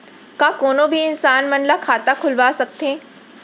का कोनो भी इंसान मन ला खाता खुलवा सकथे?